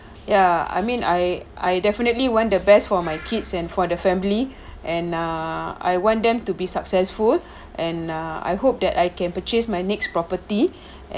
ya I mean I I definitely want the best for my kids and for the family and uh I want them to be successful and uh I hope that I can purchase my next property